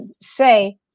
say